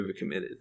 overcommitted